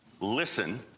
listen